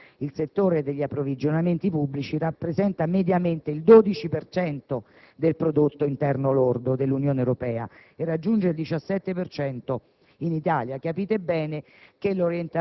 ambientale. Vorrei ricordare, fra l'altro, che il settore degli approvvigionamenti pubblici rappresenta mediamente il 12 per cento del prodotto interno lordo dell'Unione Europea e raggiunge il 17